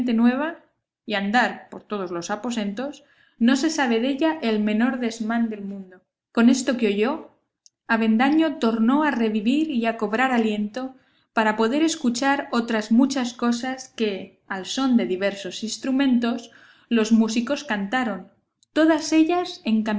nueva y andar por todos los aposentos no se sabe della el menor desmán del mundo con esto que oyó avendaño tornó a revivir y a cobrar aliento para poder escuchar otras muchas cosas que al son de diversos instrumentos los músicos cantaron todas encaminadas